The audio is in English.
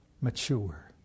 mature